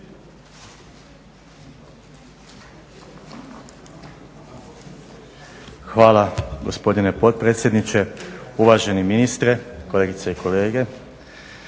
Hvala gospodine potpredsjedniče, uvaženi ministre, kolegice i kolege.